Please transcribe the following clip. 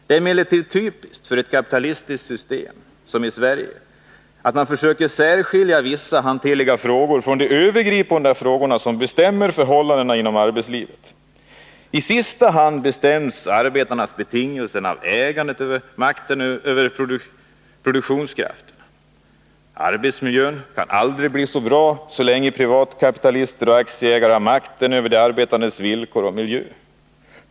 Det är emellertid typiskt för ett kapitalistiskt system — som det i Sverige — att man försöker särskilja vissa hanterliga frågor från de övergripande frågor som bestämmer förhållandena inom arbetslivet. I sista hand bestäms arbetets betingelser av ägandet och makten över produktionskrafterna. Arbetsmiljön kan aldrig bli bra så länge privatkapitalister och aktieägare har makten över de arbetandes villkor och miljö.